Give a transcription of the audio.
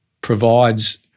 provides